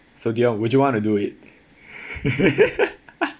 so dion would you want to do it